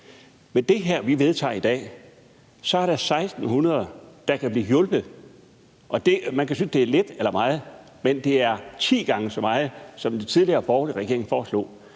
Med det her, vi vedtager i dag, er der 1.600, der kan blive hjulpet, og man kan synes, at det er få eller mange, men det er ti gange så mange, som den tidligere borgerlige regering foreslog.